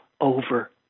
over